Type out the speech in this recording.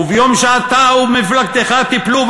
וביום שאתה ומפלגתך תיפלו,